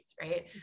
right